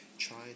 Try